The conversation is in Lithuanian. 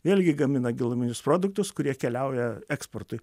vėlgi gamina giluminius produktus kurie keliauja eksportui